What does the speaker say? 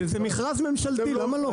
זה מכרז ממשלתי, למה לא?